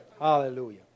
Hallelujah